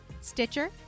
stitcher